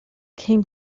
came